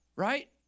Right